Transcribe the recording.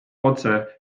otse